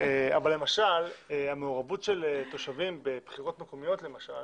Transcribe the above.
אבל המעורבות של תושבים בבחירות מקומיות למשל